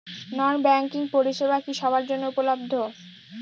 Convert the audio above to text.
নন banking পরিষেবা কি সবার জন্য উপলব্ধ?